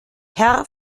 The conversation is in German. herr